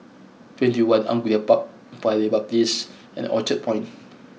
twenty one Angullia Park Paya Lebar Place and Orchard Point